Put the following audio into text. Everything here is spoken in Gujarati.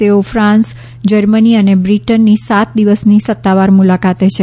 તેઓ ફ્રોન્સ જર્મની અને બ્રિટનની સાત દિવસની સત્તાવાર મુલાકાતે છે